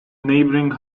neighboring